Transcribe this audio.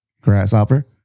Grasshopper